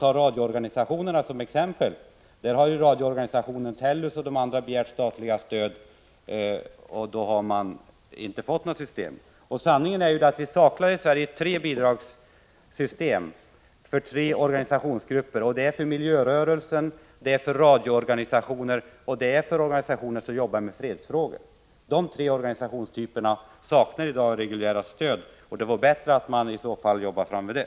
Radioorganisationerna kan anföras som exempel. Radioorganisationen Tellus och de andra organisationerna har nämligen begärt statligt stöd. På det viset har man inte kunnat komma fram till något system. Sanningen är den att vi i Sverige saknar tre bidragssystem. Det gäller tre organisationsgrupper — miljörörelsen, radioorganisationerna och organisationer som jobbar med fredsfrågor. För dessa tre organisationstyper saknas det i dag reguljära stöd. Det vore rimligt att jobba för att få fram sådana.